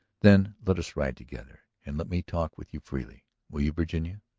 then let us ride together. and let me talk with you freely. will you, virginia?